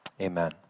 Amen